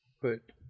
put